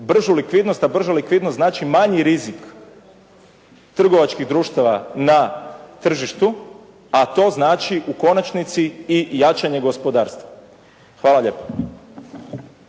bržu likvidnost, a brža likvidnost znači manji rizik trgovačkih društava na tržištu, a to znači u konačnici i jačanje gospodarstva. Hvala lijepa.